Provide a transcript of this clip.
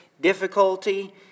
difficulty